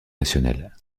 rationnelle